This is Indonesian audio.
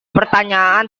pertanyaan